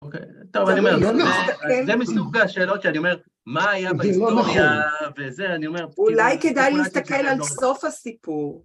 טוב, אני אומר, זה מסוג השאלות שאני אומר, מה היה בהיסטוריה, זה לא נכון. וזה, אני אומר. אולי כדאי להסתכל על סוף הסיפור.